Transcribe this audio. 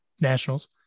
Nationals